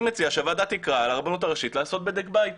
אני מציע שהוועדה תקרא לרבנות הראשית לעשות בדק בית.